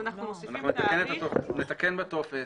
נתקל בטופס.